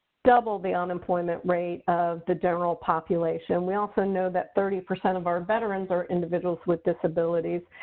doubled the unemployment rate of the general population. we also know that thirty percent of our veterans are individuals with disabilities.